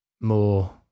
more